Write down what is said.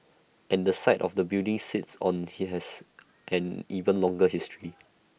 and the site the building sits on he has an even longer history